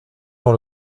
dans